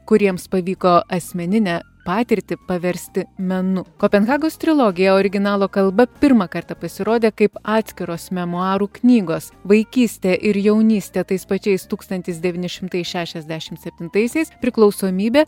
kuriems pavyko asmeninę patirtį paversti menu kopenhagos trilogija originalo kalba pirmą kartą pasirodė kaip atskiros memuarų knygos vaikystė ir jaunystė tais pačiais tūkstantis devyni šimtai šešiasdešimt septintaisiais priklausomybė